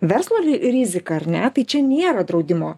verslo rizika ar ne tai čia nėra draudimo